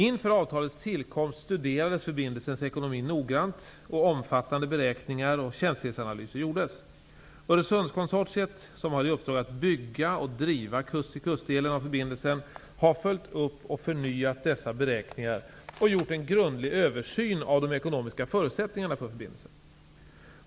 Inför avtalets tillkomst studerades förbindelsens ekonomi noggrant, och omfattande beräkningar och känslighetsanalyser gjordes. Öresundskonsortiet, som har i uppdrag att bygga och driva kust-till-kust-delen av förbindelsen, har följt upp och förnyat dessa beräkningar och gjort en grundlig översyn av de ekonomiska förutsättningarna för förbindelsen.